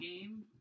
game